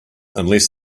unless